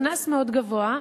קנס מאוד גבוה,